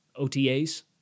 OTAs